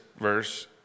verse